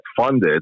funded